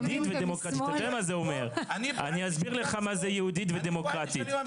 אני אסביר לך מה זה יהודית ודמוקרטית.